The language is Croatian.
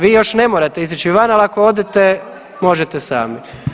Vi još ne morate izići van, ali ako odete možete sami.